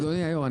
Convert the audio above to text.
אדוני היו"ר,